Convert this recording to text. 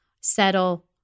settle